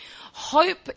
hope